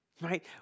right